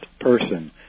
person